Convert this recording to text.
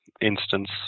instance